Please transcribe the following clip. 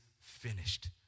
finished